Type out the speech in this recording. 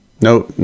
No